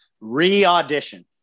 re-audition